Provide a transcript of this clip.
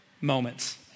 moments